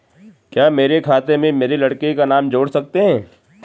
क्या मेरे खाते में मेरे लड़के का नाम जोड़ सकते हैं?